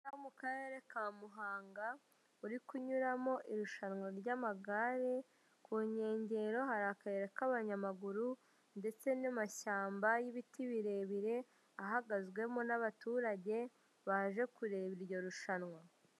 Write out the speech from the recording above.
Aha ni mukarere ka Muhanga uri kunyuramo irishwana ry'amagare ku nkengero ,hari akayira ka banyamaguru ndetse n'amashyamba y'ibiti birebire ahagazwemo n'abaturage baje kureba iryo rushwanwa.